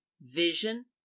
vision